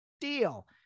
deal